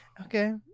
Okay